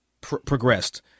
progressed